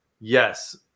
yes